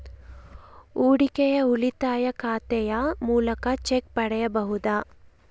ಹೂಡಿಕೆಯ ಉಳಿತಾಯ ಖಾತೆಯ ಮೂಲಕ ಚೆಕ್ ಪಡೆಯಬಹುದಾ?